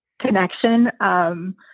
connection